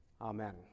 Amen